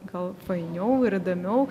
gal fainiau ir įdomiau